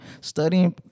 studying